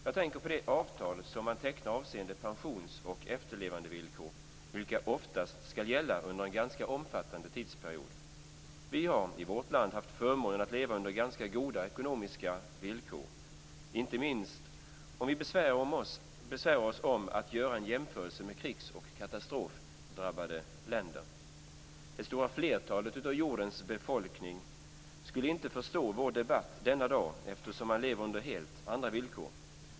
Jag tänker på de avtal som man tecknar avseende pensions och efterlevandevillkor, vilka oftast skall gälla under en ganska omfattande tidsperiod. Vi har i vårt land haft förmånen att leva under ganska goda ekonomiska villkor, inte minst om vi besvärar oss med att göra en jämförelse med krigsoch katastrofdrabbade länder. Det stora flertalet av jordens människor skulle inte förstå vår debatt denna dag, eftersom man lever under helt andra villkor.